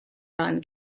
run